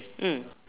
mm